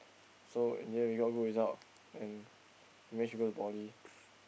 so in the end we got good result and we managed to go to poly